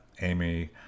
Amy